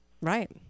right